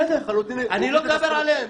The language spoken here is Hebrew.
בסדר, אני לא מדבר עליהם.